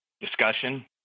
discussion